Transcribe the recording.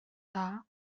dda